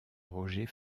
roger